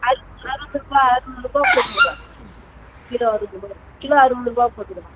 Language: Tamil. அறுவதுருபா அறுவதுருபா அறுவதுருபா போட்டுக்கலாம் கிலோ அறுவதுருபா கிலோ அறுவதுருபா போட்டுக்கலாம்